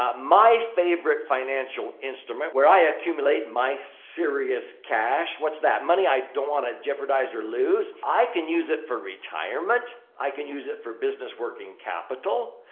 um my favorite financial instrument where i accumulate my serious cash. what's that? money i don't want to jeopardize or lose. lose. i can use it for retirement, i can use it for business working capital,